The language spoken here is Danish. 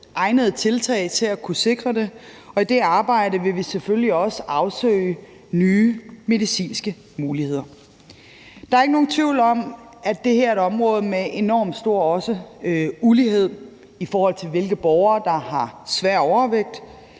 egnede tiltag til at kunne sikre det. I det arbejde vil vi selvfølgelig også afsøge nye medicinske muligheder. Der er ikke nogen tvivl om, at det her også er et område med enormt stor ulighed, i forhold til hvilke borgere der har svær overvægt,